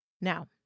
Now